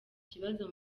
kibazo